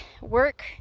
work